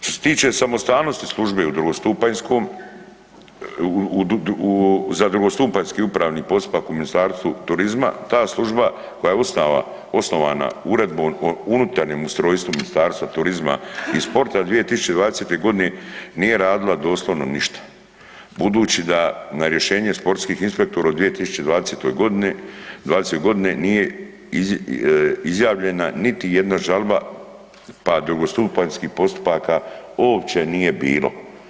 Što se tiče samostalnosti službe u drugostupanjskom, u za drugostupanjski upravni postupak u Ministarstvu turizma, ta služba koja je osnovana Uredbom o unutarnjem ustrojstvu Ministarstvu turizma i sporta 2020. godine nije radila doslovno ništa budući na rješenje sportskih inspektora u 2020. godini '20. godini nije izjavljena niti jedna žalba pa drugostupanjskih postupaka nije bilo.